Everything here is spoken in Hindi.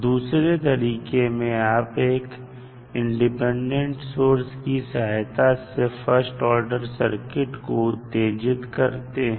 दूसरे तरीके में आप एक इंडिपेंडेंट सोर्स की सहायता से फर्स्ट ऑर्डर सर्किट को उत्तेजित करते हैं